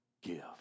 give